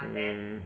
mmhmm